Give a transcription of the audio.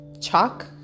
chalk